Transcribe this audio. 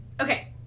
okay